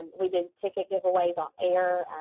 we did ticket giveaways on air.